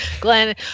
Glenn